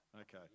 okay